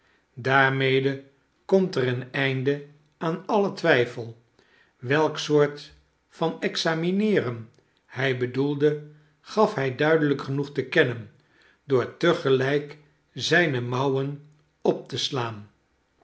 daarmede komt er een einde aan alien twijfel welk soort van examineeren hij bedoelde gaf hij duidelijk genoeg te kennen door te gelijk zijne mouwen op te slaan